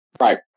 Right